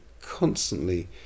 constantly